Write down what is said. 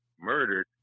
murdered